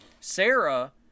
Sarah